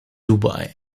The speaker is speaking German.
dubai